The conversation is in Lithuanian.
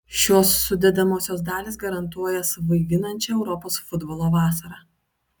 šios sudedamosios dalys garantuoja svaiginančią europos futbolo vasarą